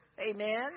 amen